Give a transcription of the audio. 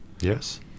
yes